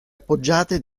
appoggiate